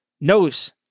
knows